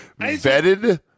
Vetted